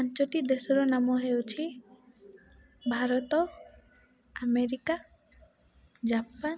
ପାଞ୍ଚଟି ଦେଶର ନାମ ହେଉଛି ଭାରତ ଆମେରିକା ଜାପାନ